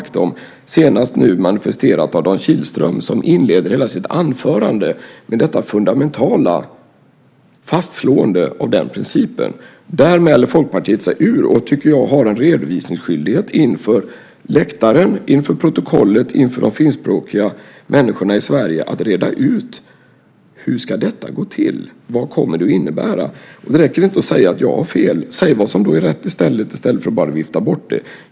Det var senast nu manifesterat av Dan Kihlström, som inleder hela sitt anförande med ett fundamentalt fastslående av den principen. Där mäler Folkpartiet sig ur. Jag tycker att Folkpartiet har en redovisningsskyldighet inför läktaren, inför protokollet och inför de finskspråkiga människorna i Sverige. Ni måste reda ut hur detta ska gå till. Vad kommer det att innebära? Det räcker inte med att säga att jag har fel. Säg vad som är rätt i stället för att bara vifta bort det!